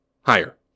higher